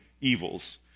evils